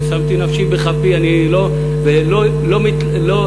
ושמתי נפשי בכפי ולא נסחפתי,